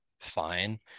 fine